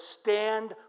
stand